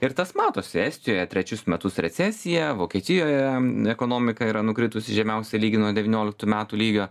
ir tas matosi estijoje trečius metus recesija vokietijoje ekonomika yra nukritusi į žemiausią lygį nuo devynioliktų metų lygio